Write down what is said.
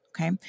Okay